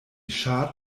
scharrt